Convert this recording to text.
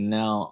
now